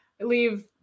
leave